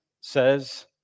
says